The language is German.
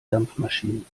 dampfmaschinen